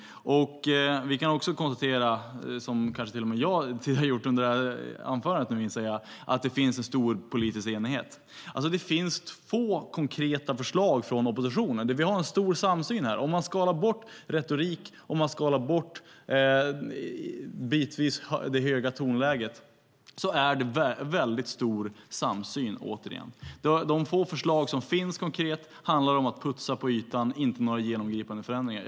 Vi kan också konstatera - som kanske till och med jag har gjort tidigare under det här anförandet, inser jag - att det finns en stor politisk enighet. Det finns två konkreta förslag från oppositionen. Vi har en stor samsyn. Om man skalar bort retoriken och det bitvis höga tonläget finns det väldigt stor samsyn. De två konkreta förslag som finns handlar om att putsa på ytan, inte om några genomgripande förändringar.